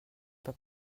pas